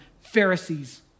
Pharisees